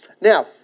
Now